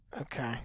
Okay